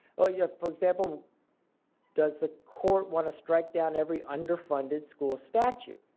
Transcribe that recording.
well, yeah for example does the court want to strike down every underfunded school statute?